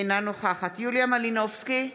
אינה נוכחת יוליה מלינובסקי,